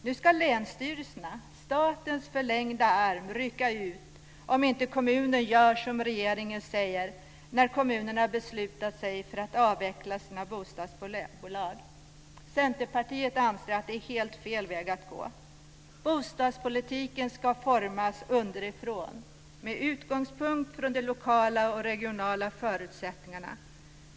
Nu ska länsstyrelserna, statens förlängda arm, rycka ut om kommunerna inte gör som regeringen säger när kommunerna beslutar sig för att avveckla sina bostadsbolag. Centerpartiet anser att det är helt fel väg att gå. Bostadspolitiken ska formas underifrån med utgångspunkt i de lokala och regionala förutsättningarna.